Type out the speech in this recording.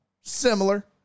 similar